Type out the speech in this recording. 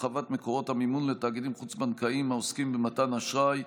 (הרחבת מקורות המימון לתאגידים חוץ-בנקאיים העוסקים במתן אשראי),